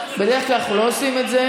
בדרך כלל אנחנו לא עושים את זה?